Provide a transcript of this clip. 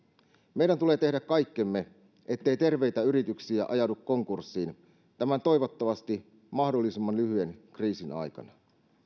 meidän tulee tehdä kaikkemme ettei terveitä yrityksiä ajaudu konkurssiin tämän toivottavasti mahdollisimman lyhyen kriisin aikana